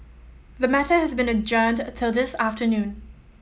the matter has been adjourned till this afternoon